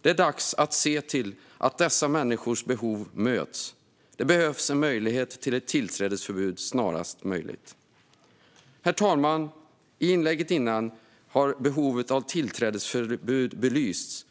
Det är dags att se till att dessa människors behov möts. Det behövs en möjlighet till ett tillträdesförbud snarast. Herr talman! I det tidigare inlägget har behovet av tillträdesförbud belysts.